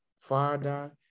Father